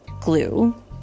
glue